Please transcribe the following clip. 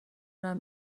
منظورم